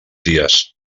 dies